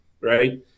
right